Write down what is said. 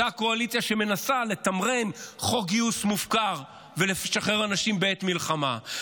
אותה קואליציה שמנסה לתמרן חוק גיוס מופקר ולשחרר אנשים בעת מלחמה.